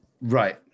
right